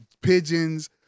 pigeons